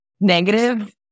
negative